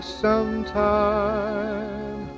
sometime